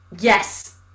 yes